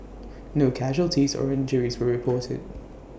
no casualties or injuries were reported